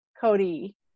Cody